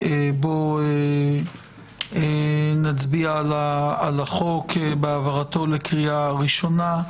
ובו נצביע על החוק בהעברתו לקריאה ראשונה.